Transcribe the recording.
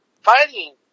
Fighting